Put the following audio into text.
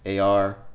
AR